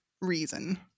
reason